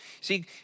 See